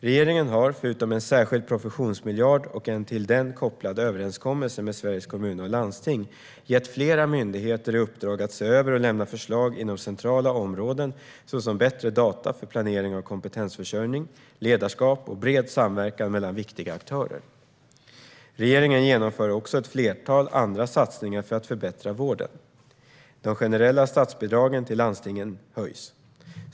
Regeringen har, förutom en särskild professionsmiljard och en till den kopplad överenskommelse med Sveriges Kommuner och Landsting, gett flera myndigheter i uppdrag att se över och lämna förslag inom centrala områden såsom bättre data för planering av kompetensförsörjning, ledarskap och bred samverkan mellan viktiga aktörer. Regeringen genomför också ett flertal andra satsningar för att förbättra vården. De generella statsbidragen till landstingen höjs.